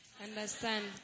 Understand